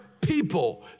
people